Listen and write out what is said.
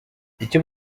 icyo